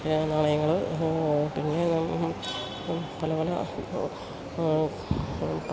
നാണയങ്ങൾ പിന്നെ പല പല